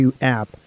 app